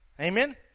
Amen